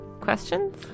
questions